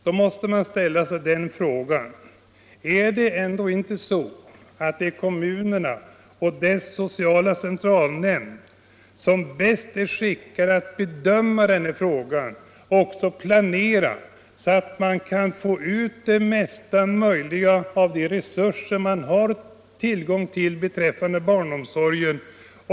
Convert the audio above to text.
Inför detta måste man fråga sig: Är det ändå inte kommunerna och deras sociala centralnämnder som bäst är skickade att bedöma denna fråga och planera så att man får ut det mesta möjliga av de resurser man har för barnomsorg?